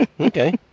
okay